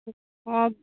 অঁ